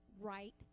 right